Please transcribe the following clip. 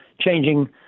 changing